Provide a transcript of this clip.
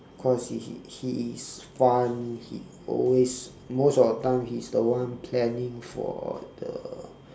cause he he he is fun he always most of the time he's the one planning for the